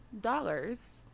dollars